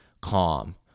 calm